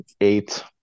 eight